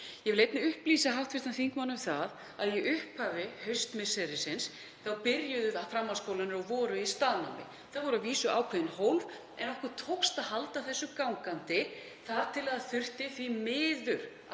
Ég vil einnig upplýsa hv. þingmann um það að í upphafi haustmisserisins byrjuðu framhaldsskólarnir á því að vera með staðnám. Það voru að vísu ákveðin hólf en okkur tókst að halda þessu gangandi þar til að það þurfti því miður